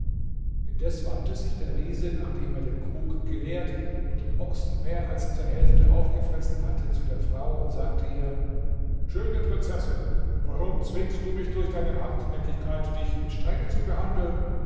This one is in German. indes wandte sich der riese nachdem er den krug geleert und den ochsen mehr als zur hälfte aufgefressen hatte zu der frau und sagte ihr schöne prinzessin warum zwingst du mich durch deine hartnäckigkeit dich mit strenge zu behandeln